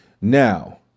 Now